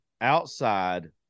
outside